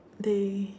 they